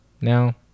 now